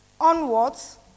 onwards